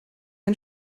ein